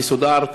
מסודר,